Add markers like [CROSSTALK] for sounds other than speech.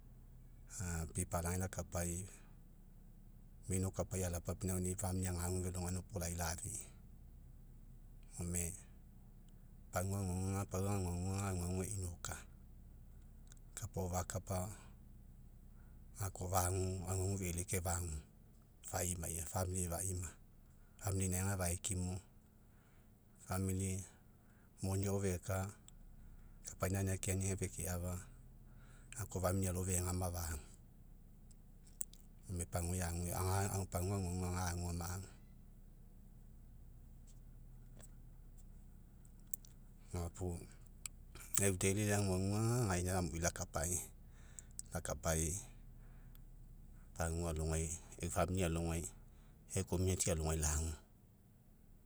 [HESITATION] pipalagai lakapai'i, mino kapai'i ala papinaugani'i, [UNINTELLIGIBLE] agu velo gainai opolai lafi'i. Gome pagua aguaguga, pau aguaguga eikoka. Kapa agao fakapa, gakoa fagu aguagu eilikae fagu, faimaia [UNINTELLIGIBLE] faima [UNINTELLIGIBLE] inaega faekimu [UNINTELLIGIBLE] moni agao feka, kapaina anina keani feke afa, gakoa [UNINTELLIGIBLE] alofegama fau. Gome puguai ague [HESITATION] pagua aguaguga ga'aguomo agu. Gapuo lau eu [UNINTELLIGIBLE] aguaguga, gaina amui, lakapai'i, lakapai'i. Pagua alogai, eu [UNINTELLIGIBLE] alogai, eu [UNINTELLIGIBLE] alogai lagu.